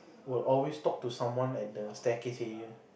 will always talk to someone at the staircase area